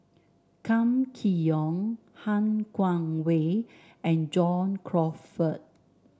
Kam Kee Yong Han Guangwei and John Crawfurd